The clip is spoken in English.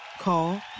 Call